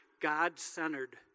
God-centered